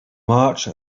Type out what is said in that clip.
march